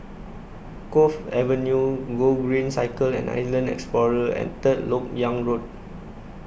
Cove Avenue Gogreen Cycle and Island Explorer and Third Lok Yang Road